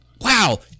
Wow